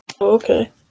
Okay